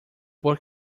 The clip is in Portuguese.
por